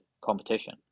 competition